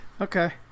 Okay